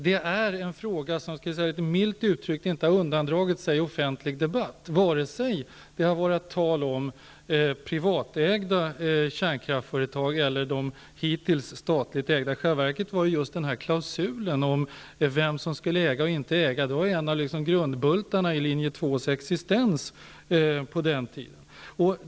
Det är en fråga som, milt uttryckt, inte har undandragit sig offentlig debatt -- vare sig det har gällt privatägda kärnkraftsföretag eller de hittills statligt ägda. I själva verket var klausulen om vem som skulle äga eller inte äga en av grundbultarna i linje 2:s existens.